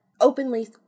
openly